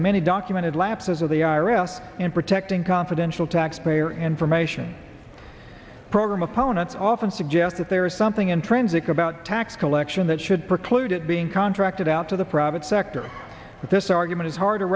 the many documented lapses of the i r s in protecting confidential taxpayer information program opponents often suggest that there is something intrinsic about tax collection that should preclude it being contracted out to the private sector but this argument is hard to